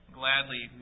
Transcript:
gladly